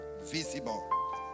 visible